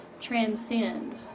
transcend